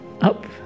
up